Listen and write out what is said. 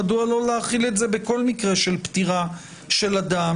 מדוע לא להחיל את זה בכל מקרה של פטירה של אדם